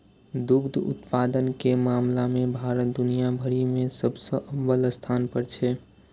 दुग्ध उत्पादन के मामला मे भारत दुनिया भरि मे सबसं अव्वल स्थान पर छै